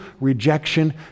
rejection